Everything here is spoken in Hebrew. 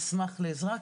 אשמח לעזרה,